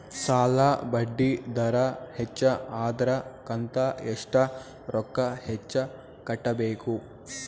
ಸಾಲಾ ಬಡ್ಡಿ ದರ ಹೆಚ್ಚ ಆದ್ರ ಕಂತ ಎಷ್ಟ ರೊಕ್ಕ ಹೆಚ್ಚ ಕಟ್ಟಬೇಕು?